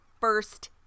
first